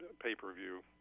pay-per-view